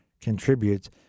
contributes